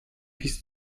bis